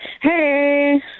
Hey